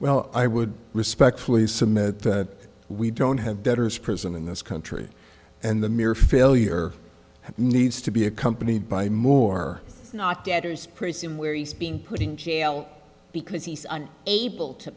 well i would respectfully submit that we don't have debtor's prison in this country and the mere failure needs to be accompanied by more not debtors prison where he's being put in jail because he's on able to